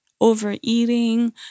overeating